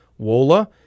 WOLA